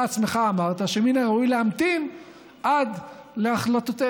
עצמך אמרת שמן הראוי להמתין עד להחלטותיהן.